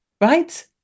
right